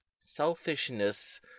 selfishness